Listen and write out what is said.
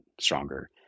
stronger